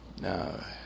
No